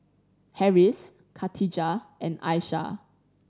Harris Katijah and Aisyah